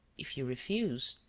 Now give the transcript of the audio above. if you refuse,